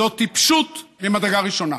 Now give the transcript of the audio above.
זו טיפשות ממדרגה ראשונה.